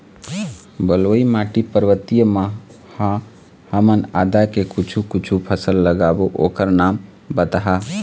बलुई माटी पर्वतीय म ह हमन आदा के कुछू कछु फसल लगाबो ओकर नाम बताहा?